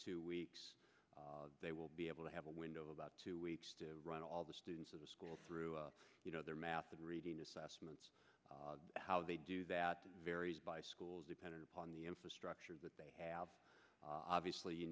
two weeks they will be able to have a window about two weeks to run all the students of the school through you know their math and reading assessments how they do that varies by schools depending upon the infrastructure that they have obviously you